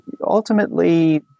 ultimately